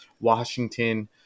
Washington